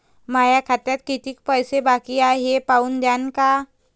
माया खात्यात कितीक पैसे बाकी हाय हे पाहून द्यान का?